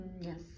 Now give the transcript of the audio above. Yes